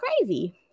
crazy